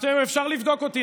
אפשר לבדוק אותי.